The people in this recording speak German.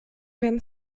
werden